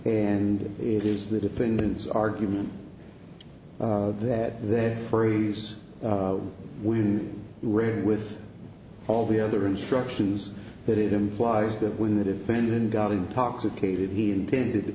and it is the defendant's argument that they phrase when you read with all the other instructions that it implies that when the defendant got intoxicated he intended